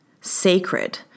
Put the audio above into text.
sacred